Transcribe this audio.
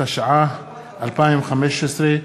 התשע"ה 2015,